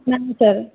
ନାହିଁ ସାର୍